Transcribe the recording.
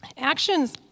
Actions